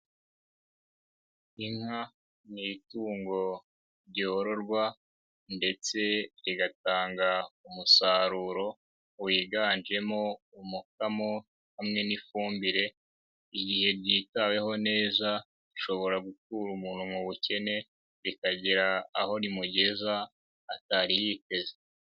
Inka ni itungo ryororwa ndetse rigatanga umusaruro, wiganjemo umukamo hamwe n'ifumbire, igihe ryitaweho neza, rishobora gukura umuntu mu bukene, rikagira aho rimugeza atari yiteze.